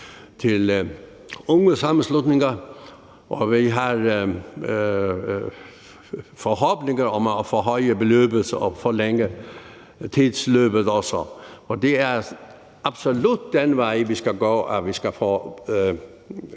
til ungesammenslutninger, og vi har også forhåbninger om at forhøje beløbet og forlænge tidsforløbet. Det er absolut den vej, vi skal gå, at vi skal få